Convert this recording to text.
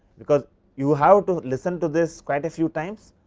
because you have to listen to this quite a few times,